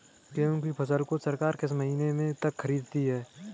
गेहूँ की फसल को सरकार किस महीने तक खरीदेगी?